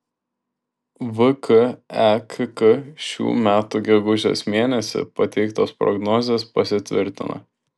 vkekk šių metų gegužės mėnesį pateiktos prognozės pasitvirtina